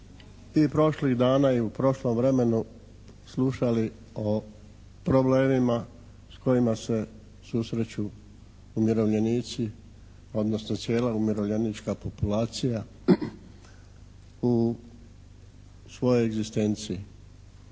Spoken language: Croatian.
i prošlih dana i u prošlom vremenu slušali o problemima s kojima se susreću umirovljenici odnosno cijela umirovljenička populacija u svojoj egzistenciji.